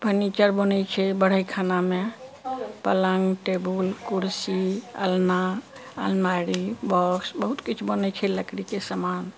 furniture बनै छै बढ़इखानामे पलङ्ग टेबुल कुरसी अलना अलमारी बॉक्स बहुत किछु बनै छै लकड़ीके समान